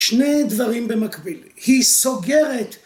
שני דברים במקביל, היא סוגרת